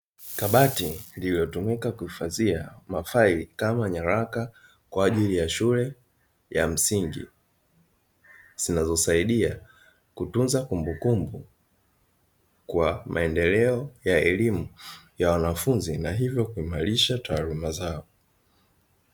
Kabati lililotumika kuhifadhia mafaili kama nyaraka kwa ajili ya shule ya msingi, zinazosaidia kutunza kumbukumbu kwa maendeleo ya elimu ya wanafunzi na hivyo kuimarisha taaluma zao.